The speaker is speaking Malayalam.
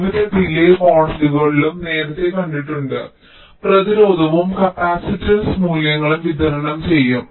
വിവിധ ഡിലേയ് മോഡലുകളിലും നേരത്തെ കണ്ടിട്ടുണ്ട് പ്രതിരോധവും കപ്പാസിറ്റൻസ് മൂല്യങ്ങളും വിതരണം ചെയ്യും